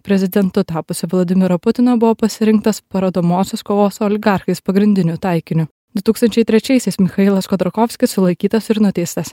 prezidentu tapusio vladimiro putino buvo pasirinktas parodomosios kovos su oligarchais pagrindiniu taikiniu du tūkstančiai trečiaisiais michailas chodorkovskis sulaikytas ir nuteistas